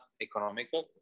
economical